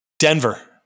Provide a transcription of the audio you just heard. Denver